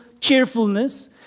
cheerfulness